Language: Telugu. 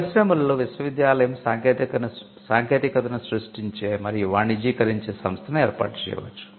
పరిశ్రమలలో విశ్వవిద్యాలయం సాంకేతికతను సృష్టించే మరియు వాణిజ్యీకరించే సంస్థను ఏర్పాటు చేయవచ్చు